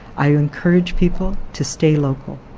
i encourage people to stay local.